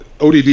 ODD